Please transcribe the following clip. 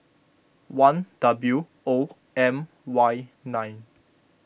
one W O M Y nine